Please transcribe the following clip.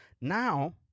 now